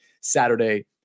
Saturday